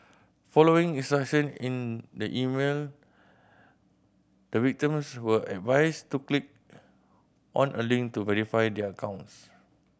following instruction in the email the victims were advised to click on a link to verify their accounts